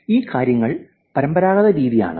ഈ കാര്യങ്ങൾ പരമ്പരാഗത രീതി ആണ്